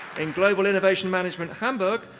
in global innovation management hamburg,